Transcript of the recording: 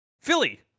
Philly